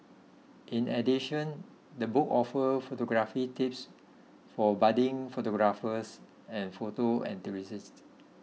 in addition the book offers photography tips for budding photographers and photo enthusiasts